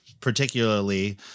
particularly